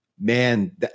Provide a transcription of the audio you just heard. man